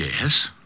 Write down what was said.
yes